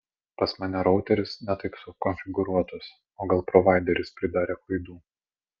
pas mane routeris ne taip sukonfiguruotas o gal provaideris pridarė klaidų